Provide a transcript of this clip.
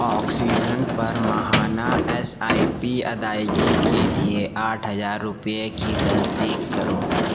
oxygen پر ماہانہ S I P ادائیگی کے لیے آٹھ ہزار روپے کی تصدیق کرو